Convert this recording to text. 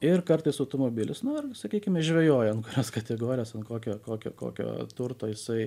ir kartais automobilis nu ir sakykime žvejoja an kurios kategorijos ant kokio kokio kokio turto jisai